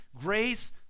grace